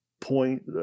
point